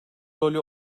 rolü